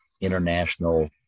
international